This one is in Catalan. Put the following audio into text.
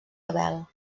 abel